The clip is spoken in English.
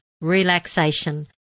relaxation